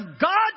God